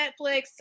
Netflix